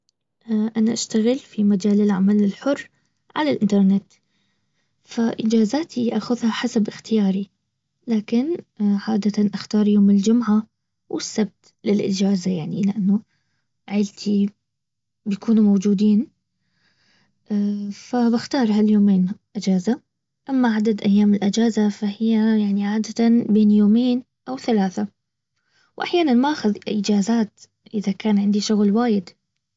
انا اشتغل في مجال العمل الحر على الانترنت. فاجازاتي اخذها حسب اختياري. لكن عادة اختار يوم الجمعة والسبت للاجازة يعني لانه عيلتي بكونوا موجودين. فبختار هاليومين اجازة. اما عدد ايام الاجازة فهي يعني عادة بين يومين او ثلاثة. واحيانا ما اخذ اجازات اذا كان عندي شغل وايد